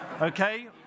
okay